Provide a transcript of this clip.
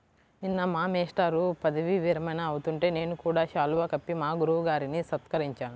నిన్న మా మేష్టారు పదవీ విరమణ అవుతుంటే నేను కూడా శాలువా కప్పి మా గురువు గారిని సత్కరించాను